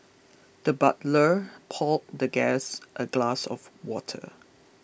the butler poured the guest a glass of water